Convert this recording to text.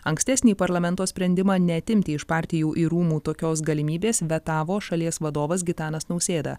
ankstesnį parlamento sprendimą neatimti iš partijų ir rūmų tokios galimybės vetavo šalies vadovas gitanas nausėda